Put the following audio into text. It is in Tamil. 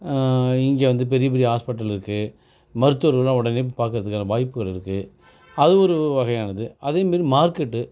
இங்கே வந்து பெரிய பெரிய ஹாஸ்பிடல் இருக்குது மருத்துவர்களெலாம் உடனே பார்க்கறதுக்கான வாய்ப்புகள் இருக்குது அது ஒரு வகையானது அதே மாரி மார்கெட்டு